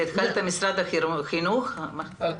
העיקרון נמצא ואנחנו ננסח מחדש את התקנה.